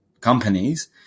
companies